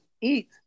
eat